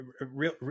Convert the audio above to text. real